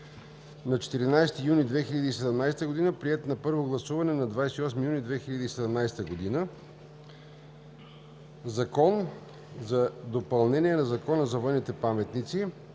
на 14 юни 2017 г., приет на първо гласуване на 28 юни 2017 г. „Закон за допълнение на Закона за военните паметници“.